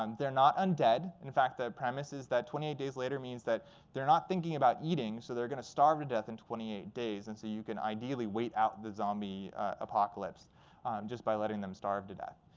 um they're not undead. in fact, the premise is that twenty eight days later means that they're not thinking about eating. so they're going to starve to death in twenty eight days. and so you can ideally wait out the zombie apocalypse just by letting them starve to death.